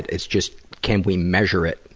it's just can we measure it?